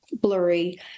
blurry